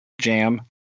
jam